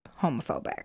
homophobic